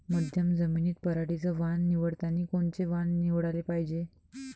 मध्यम जमीनीत पराटीचं वान निवडतानी कोनचं वान निवडाले पायजे?